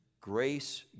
grace